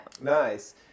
Nice